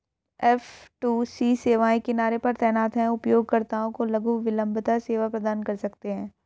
F two C सेवाएं किनारे पर तैनात हैं, उपयोगकर्ताओं को लघु विलंबता सेवा प्रदान कर सकते हैं